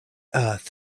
earth